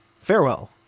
Farewell